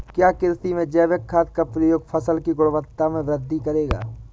क्या कृषि में जैविक खाद का प्रयोग फसल की गुणवत्ता में वृद्धि करेगा?